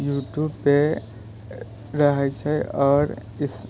U ट्यूबपर रहै छै आओर इस